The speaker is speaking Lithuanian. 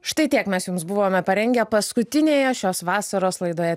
štai tiek mes jums buvome parengę paskutinėje šios vasaros laidoje